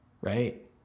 right